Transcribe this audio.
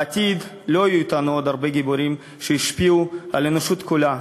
בעתיד לא יהיו אתנו עוד הרבה גיבורים שהשפיעו על האנושות כולה,